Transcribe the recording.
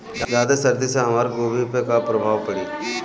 ज्यादा सर्दी से हमार गोभी पे का प्रभाव पड़ी?